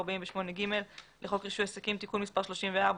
48(ג) לחוק רישוי עסקים (תיקון מספר 34),